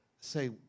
Say